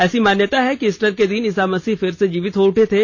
ऐसी मान्यता है कि ईस्टर के दिन ईसा मसीह फिर से जीवित हो उठे थे